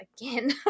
again